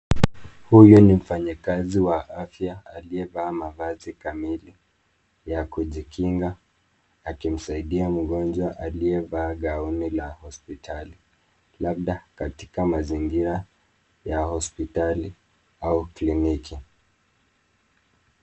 Huyu ni mfanyikazi wa afya aliyevaa mavazi kamili ya kujikinga akimsaidia mgonjwa aliyevaa gaoni la hospitali labda katika mazingira ya hospitali au kliniki.